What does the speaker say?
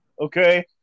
okay